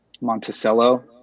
Monticello